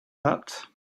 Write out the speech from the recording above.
that